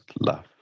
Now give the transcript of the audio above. love